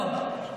לא,